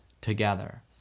together